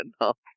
enough